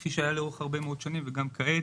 כפי שהיה לאורך הרבה מאוד שנים וגם כעת